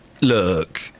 Look